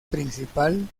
principal